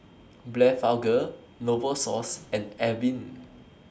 Blephagel Novosource and Avene